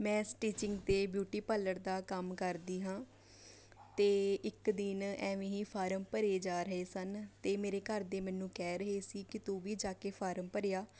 ਮੈਂ ਸਟਿਚਿੰਗ ਅਤੇ beauty parlour ਦਾ ਕੰਮ ਕਰਦੀ ਹਾਂ ਅਤੇ ਇੱਕ ਦਿਨ ਐਵੇਂ ਹੀ ਫਾਰਮ ਭਰੇ ਜਾ ਰਹੇ ਸਨ ਅਤੇ ਮੇਰੇ ਘਰ ਦੇ ਮੈਨੂੰ ਕਹਿ ਰਹੇ ਸੀ ਕਿ ਤੂੰ ਵੀ ਜਾ ਕੇ ਫਾਰਮ ਭਰਿਆ